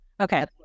okay